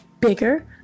bigger